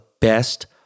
best